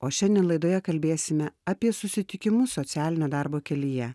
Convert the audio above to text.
o šiandien laidoje kalbėsime apie susitikimus socialinio darbo kelyje